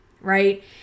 right